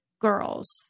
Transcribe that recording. girls